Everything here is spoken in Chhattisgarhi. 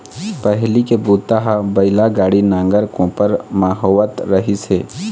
पहिली के बूता ह बइला गाड़ी, नांगर, कोपर म होवत रहिस हे